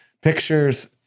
pictures